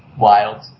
Wild